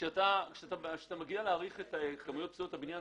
כשאתה מגיע להעריך את כמויות פסולת הבניין,